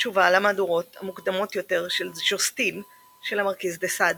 תשובה למהדורות המוקדמות יותר של ז'וסטין של המרקיז דה סאד.